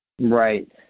right